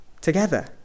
together